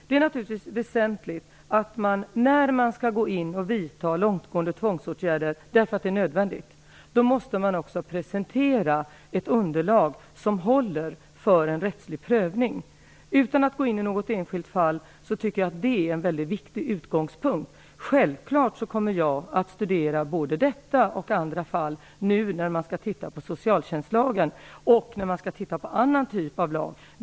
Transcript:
Det är naturligtvis väsentligt att man när man skall gå in och vidta långtgående tvångsåtgärder därför att det är nödvändigt också måste presentera ett underlag som håller för en rättslig prövning. Utan att gå in på något enskilt fall vill jag säga att jag tycker att det är en väldigt viktig utgångspunkt. Självfallet kommer jag att studera både detta och andra fall när vi nu skall titta på socialtjänstlagen och på annan typ av lag.